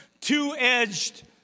two-edged